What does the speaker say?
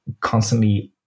constantly